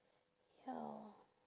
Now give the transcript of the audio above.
ya